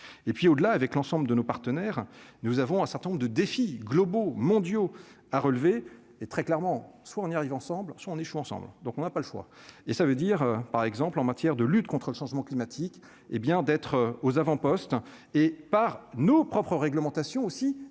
et puis au-delà avec l'ensemble de nos partenaires, nous avons un certain nombre de défis globaux mondiaux a relevé et très clairement, soit on y arrive ensemble lorsqu'on échoue ensemble, donc on n'a pas le choix, et ça veut dire, par exemple en matière de lutte contre le changement climatique et bien d'être aux avant-postes et par nos propres réglementations aussi